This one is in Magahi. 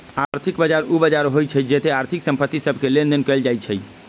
आर्थिक बजार उ बजार होइ छइ जेत्ते आर्थिक संपत्ति सभके लेनदेन कएल जाइ छइ